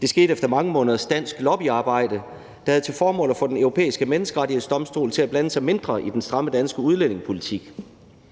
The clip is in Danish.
Det skete efter mange måneders dansk lobbyarbejde, der havde til formål at få Den Europæiske Menneskerettighedsdomstol til at blande sig mindre i den stramme danske udlændingepolitik.